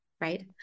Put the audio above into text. Right